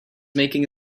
making